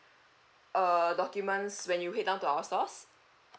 err documents when you head down to our stores